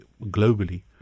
globally